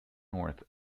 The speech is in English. north